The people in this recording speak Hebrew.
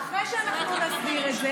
ואנחנו נסדיר את זה,